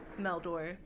Meldor